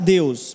Deus